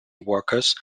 workers